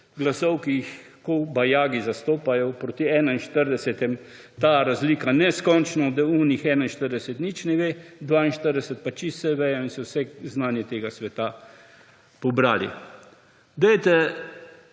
glasov, ki jih kobajagi zastopajo, proti 41, ta razlika neskončna, da tistih 41 nič ne ve, 42 pa čisto vse vedo in so vse znanje tega sveta pobrali.